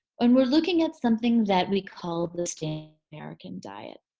when we're looking at something that we call the standard american diet.